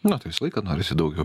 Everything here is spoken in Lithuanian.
na tai visą laiką norisi daugiau